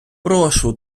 прошу